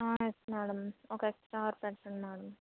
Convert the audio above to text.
yes madam ఒక extra hour పెంచండి madam